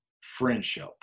friendship